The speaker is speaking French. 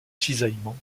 cisaillement